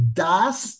das